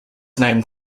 named